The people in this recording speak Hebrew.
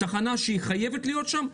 תחנה שחייבת להיות שם,